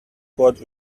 code